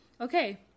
okay